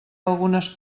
algunes